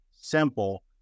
simple